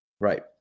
Right